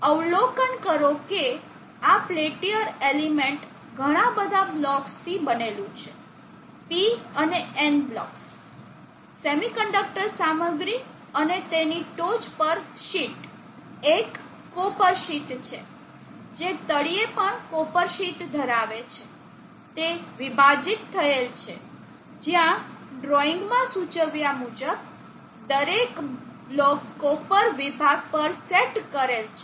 અવલોકન કરો કે આ પેલ્ટીયર એલિમેન્ટ ઘણા બધા બ્લોક્સ થી બનેલું છે P અને N બ્લોક્સ સેમિકન્ડક્ટર સામગ્રી અને તેની ટોચ પર શીટ એક કોપર શીટ છે જે તળિયે પણ કોપર શીટ ધરાવે છે તે વિભાજિત થયેલ છે જ્યાં ડ્રોઇંગમાં સૂચવ્યા મુજબ દરેક બ્લોક કોપર વિભાગ પર સેટ કરેલ છે